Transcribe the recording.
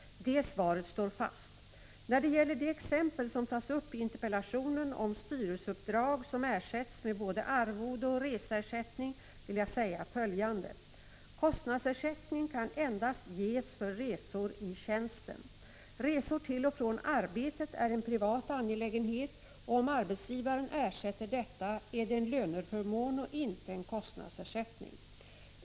Det svaret står fast. När det gäller det exempel som tas upp i interpellationen, om styrelseuppdrag som ersätts med både arvode och reseersättning, vill jag säga följande. Kostnadsersättning kan endast ges för resor i tjänsten. Resor till och från arbetet är en privat angelägenhet och om arbetsgivaren ersätter detta är det en löneförmån och inte en kostnadsersättning.